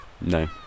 No